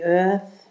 earth